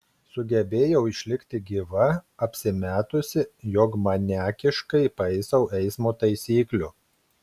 sugebėjau išlikti gyva apsimetusi jog maniakiškai paisau eismo taisyklių